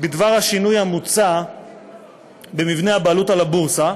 בדבר השינוי המוצע במבנה הבעלות על הבורסה,